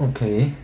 okay